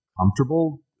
comfortable